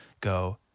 go